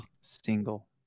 single